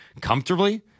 comfortably